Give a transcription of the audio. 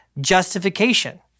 justification